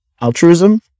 altruism